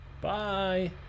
Bye